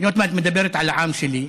היות שאת מדברת על העם שלי,